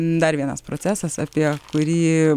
dar vienas procesas apie kurį